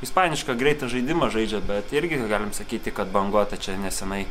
ispanišką greitą žaidimą žaidžia bet irgi galim sakyti kad banguota čia nesenai